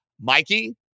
Mikey